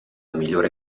migliore